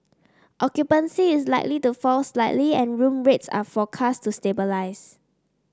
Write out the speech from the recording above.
occupancy is likely to fall slightly and room rates are forecast to stabilise